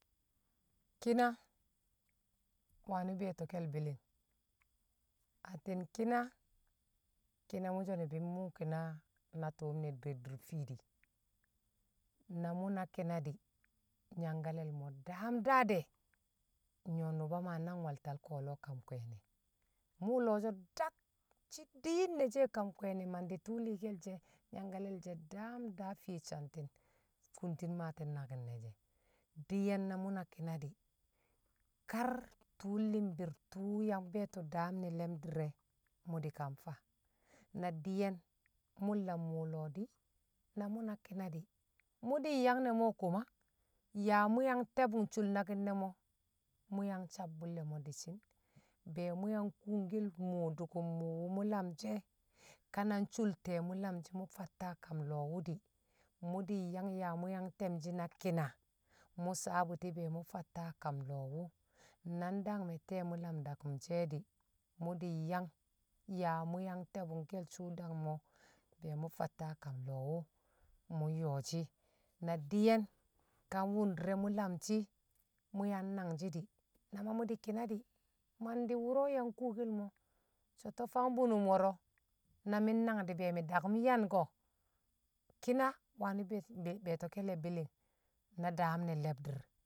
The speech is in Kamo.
kina wani̱ be̱e̱to̱ke̱l bi̱li̱ng atti̱n ki̱na, ki̱na mṵ so̱ ni̱bi̱ mmṵṵ ki̱na na tṵṵm ne di̱re̱ di̱ fiidi, na mṵ na ki̱na di̱ nyangkale̱ le̱ mo̱ daam daa de̱ nyo̱ nṵba maa nang we̱l talko̱o̱lo̱, mṵṵ lo̱o̱ sho dak shi̱ diin ne she kam kwe̱e̱ne̱ mandi̱ tṵṵ li̱i̱ke̱l she̱ nyangkale̱l she̱ daam daa fiye santin kuntin maati̱n naki̱n ne̱ she̱, di̱ye̱n na mṵ ki̱na di̱ kar tṵṵ li̱mbi̱r tṵṵ yang be̱e̱to̱ daam ne̱ le̱bdi̱r i̱ mṵ di̱kan faa na di̱ye̱n mi̱ mlam mṵṵ lo̱o̱ di̱, mu di̱ yang ne̱ mo̱ koma yaa mṵ yang te̱bṵn shol naki̱n ne̱ mo̱ mṵ yang sabbṵlle̱ mo̱ di̱shi̱n be̱ mṵ yang kunkel mṵṵ dṵkṵm mṵṵ mṵ lamshi̱ e̱, ka na shol te̱e̱ mṵ lamshi mu̱ fatta kam wṵ di̱ mṵ di̱ yang yaa yang te̱mshi̱ na ki̱na mu sawe̱ bṵti̱ be̱ mṵ fatta lo̱o̱ wṵ na dangme̱ te̱e̱ lam dakṵm she̱ di̱ mṵ di̱ yang yaa mṵ yang te̱bṵke̱l sṵṵ dangme o̱, be̱ mṵ fatta kam lo̱o̱ wṵ mṵ yo̱o̱ na di̱ye̱n ka wṵndi̱re̱ mṵ lamshi̱ mṵ yang nangshi̱ di̱ na ma mṵ di̱ ki̱na di̱ madi wṵro̱ yang kokel mo̱, to̱ sho na fang bṵnṵm wo̱ro̱ na mi̱ nnang di be̱ mi̱ daka̱m yanko̱ ki̱na wani be̱e̱ti̱ ke̱le̱ bi̱li̱ng na daam ne lebdir.